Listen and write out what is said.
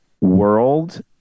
world